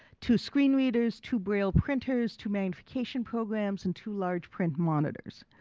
two screen readers, two braille printers, two magnification programs, and two large print monitors.